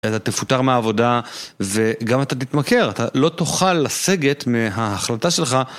אתה תפוטר מהעבודה, וגם אתה תתמכר, אתה לא תוכל לסגת מההחלטה שלך.